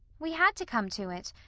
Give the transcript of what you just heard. we had to come to it.